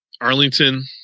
Arlington